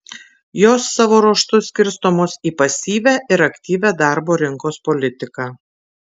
jos savo ruožtu skirstomos į pasyvią ir aktyvią darbo rinkos politiką